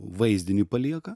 vaizdinį palieka